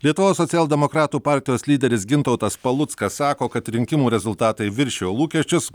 lietuvos socialdemokratų partijos lyderis gintautas paluckas sako kad rinkimų rezultatai viršijo lūkesčius